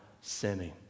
sinning